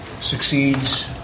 succeeds